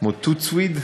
כמו tout de suite?